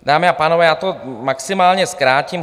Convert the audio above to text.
Dámy a pánové, já to maximálně zkrátím.